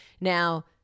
Now